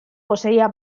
poseía